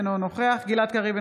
אינו נוכח גלעד קריב,